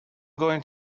going